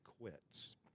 quits